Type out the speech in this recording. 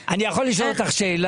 עבודה- -- אני יכול לשאול אותך שאלה?